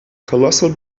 colossal